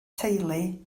teulu